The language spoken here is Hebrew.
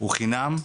הוא חינם,